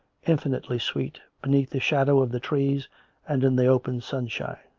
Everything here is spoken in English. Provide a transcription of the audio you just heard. infinitely sweet, beneath the shadow of the trees and in the open sunshine.